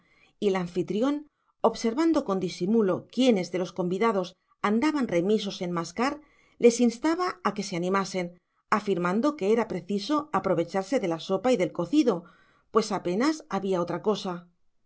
el anfitrión observando con disimulo quiénes de los convidados andaban remisos en mascar les instaba a que se animasen afirmando que era preciso aprovecharse de la sopa y del cocido pues apenas había otra cosa